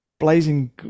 Blazing